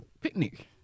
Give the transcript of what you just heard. Picnic